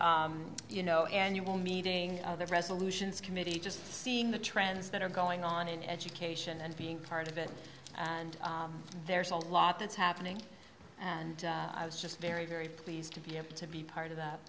a you know annual meeting their resolutions committee just seeing the trends that are going on in education and being part of it and there's a lot that's happening and i was just very very pleased to be able to be part of that